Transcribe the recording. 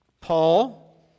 Paul